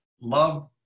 love